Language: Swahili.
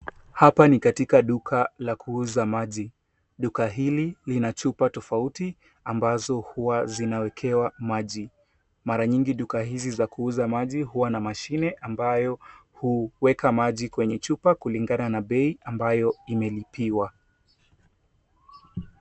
Hapa ni katika duka la kuuza maji. Duka hili lina chupa tofauti ambazo huwa zinawekewa maji. Mara nyingi duka hizi za kuuza maji huwa na mashine ambayo huweka maji kwenye chupa kulinagana na bei ambayo imelipiwa.